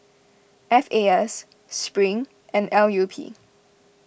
F A S Spring and L U P